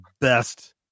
best